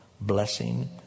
Blessing